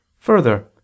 Further